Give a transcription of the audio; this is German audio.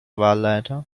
wahlleiter